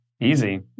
easy